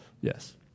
Yes